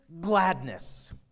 gladness